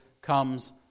comes